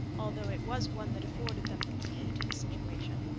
although it was one that afforded them the key to the situation.